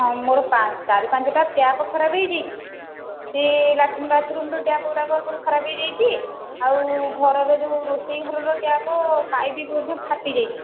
ହଁ ମୋର ଚାରି ପାଞ୍ଚଟା ଟ୍ୟାପ୍ ଖରାପ ହୋଇଯାଇଛି ସେ ଲାଟିନ୍ ବାଥ୍ରୁମ୍ର ଟ୍ୟାପ୍ଗୁଡ଼ାକ ସବୁ ଖରାପ ହୋଇଯାଇଛି ଆଉ ଘରର ଯେଉଁ ରୋଷେଇ ଘରର ଟ୍ୟାପ୍ ପାଇପ୍ ବୋଧେ ଫାଟିଯାଇଛି